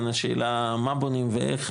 השאלה מה בונים ואיך.